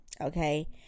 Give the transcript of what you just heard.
okay